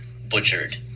butchered